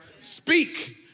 speak